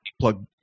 plug